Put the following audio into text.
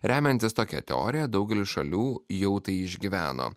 remiantis tokia teorija daugelyje šalių jau tai išgyveno